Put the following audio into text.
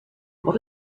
what